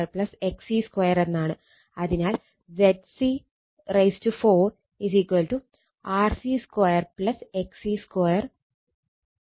അതിനാൽ ZC4 RC2 XC22